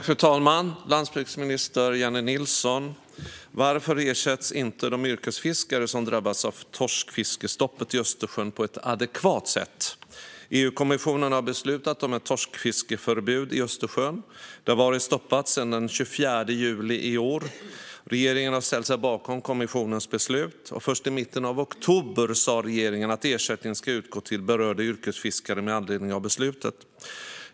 Fru talman! Landsbygdsminister Jennie Nilsson, varför ersätts inte de yrkesfiskare som drabbas av torskfiskestoppet i Östersjön på ett adekvat sätt? EU-kommissionen har beslutat om ett torskfiskeförbud i Östersjön. Fisket har varit stoppat sedan den 24 juli i år. Regeringen har ställt sig bakom kommissionens beslut. Först i mitten av oktober sa regeringen att ersättning ska utgå till berörda yrkesfiskare med anledning av beslutet.